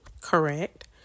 correct